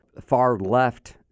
far-left